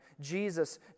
Jesus